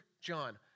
John